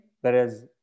whereas